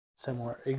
Similar